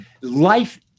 Life